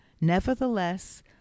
Nevertheless